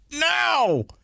now